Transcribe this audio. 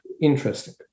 interesting